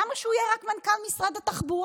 למה שהוא יהיה רק מנכ"ל משרד התחבורה?